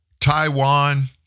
Taiwan